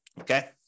okay